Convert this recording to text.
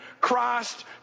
Christ